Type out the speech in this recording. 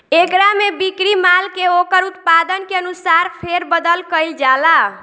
एकरा में बिक्री माल के ओकर उत्पादन के अनुसार फेर बदल कईल जाला